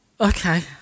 Okay